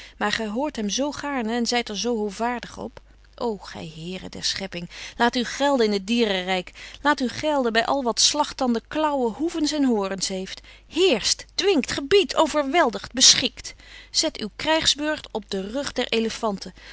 maar gij hoort hem zoo gaarne en zijt er zoo hoovaardig op o gij heeren der schepping laat u gelden in het dierenrijk laat u gelden bij al wat slagtanden klauwen hoeven en horens heeft heerscht dwingt gebiedt overweldigt beschikt zet uw krijgsburcht op den rug der elefanten